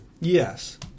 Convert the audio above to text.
Yes